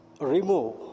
remove